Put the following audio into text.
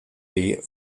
wie